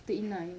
the in line